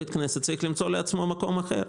בית כנסת צריך למצוא לעצמו מקום אחר.